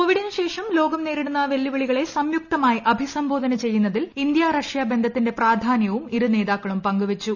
കോവിഡിനു ശേഷം ലോകം നേരിടുന്ന വെല്ലുവിളികളെ സംയുക്തമായി അഭിസംബോധന ചെയ്യുന്നതിൽ ഇന്ത്യ റഷ്യ ബന്ധത്തിന്റെ പ്രാധാന്യവും ഇരു നേതാക്കളും പങ്കുവെച്ചു